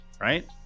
Right